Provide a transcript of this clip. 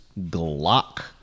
Glock